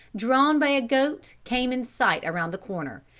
drawn by a goat came in sight around the corner,